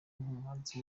nk’umuhanzi